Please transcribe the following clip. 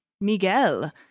Miguel